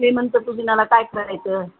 ते म्हणतात तुम्हाला काय करायचं